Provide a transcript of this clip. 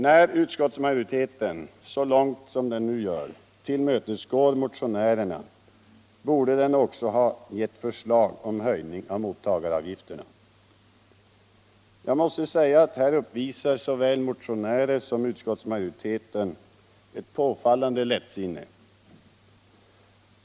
När utskottsmajoriteten, så långt som den nu gör, tillmötesgår motionärerna borde den också ha föreslagit en höjning av mottagaravgifterna. Jag måste säga att här uppvisar såväl motionärer som utskottsmajoritet ett påfallande lättsinne.